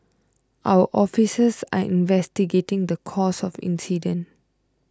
our officers are investigating the cause of the incident